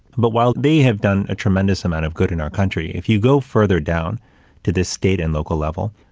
but while they have done a tremendous amount of good in our country, if you go further down to the state and local level,